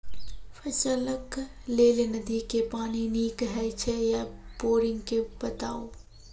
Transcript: फसलक लेल नदी के पानि नीक हे छै या बोरिंग के बताऊ?